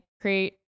create